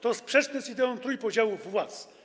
To sprzeczne z ideą trójpodziału władz.